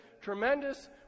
tremendous